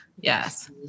yes